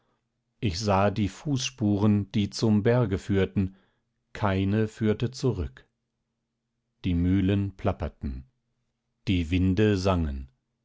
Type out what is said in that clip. ich sah die fußspuren die zum berge führten keine führte zurück die mühlen plapperten die winde sangen